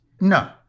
No